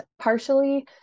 partially